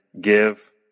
give